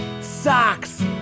Socks